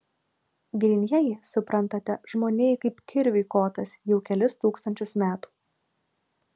grynieji suprantate žmonijai kaip kirviui kotas jau kelis tūkstančius metų